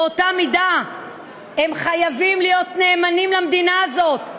באותה מידה הם חייבים להיות נאמנים למדינה הזאת,